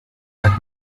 hat